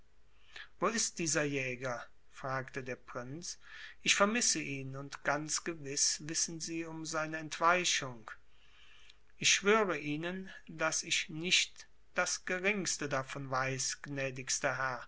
wo ist dieser jäger fragte der prinz ich vermisse ihn und ganz gewiß wissen sie um seine entweichung ich schwöre ihnen daß ich nicht das geringste davon weiß